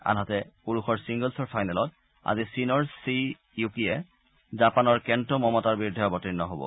আনহাতে পুৰুষৰ ছিংগল্ছৰ ফাইনেলত আজি চীনৰ শ্বি য়ুকিয়ে জাপানৰ কেণ্ট মমটাৰ বিৰুদ্ধে অৱতীৰ্ণ হব